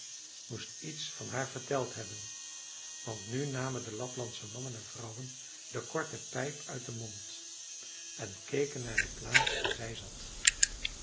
moest iets van haar verteld hebben want nu namen de laplandsche mannen en vrouwen de korte pijp uit den mond en keken naar de plaats waar zij zat